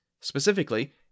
specifically